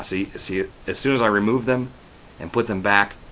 see see it as soon as i remove them and put them back,